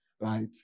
right